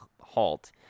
halt